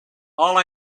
all